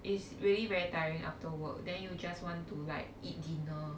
is really very tiring after work then you just want to like eat dinner